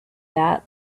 that